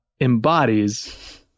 embodies